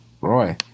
Roy